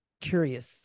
curious